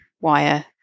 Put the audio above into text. wire